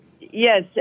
Yes